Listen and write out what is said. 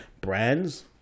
brands